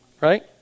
right